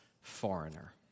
foreigner